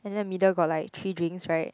and then middle like got three drinks right